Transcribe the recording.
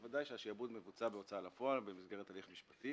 בוודאי שהשעבוד מבוצע בהוצאה לפועל במסגרת הליך משפטי